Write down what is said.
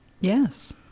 Yes